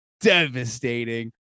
Devastating